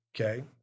Okay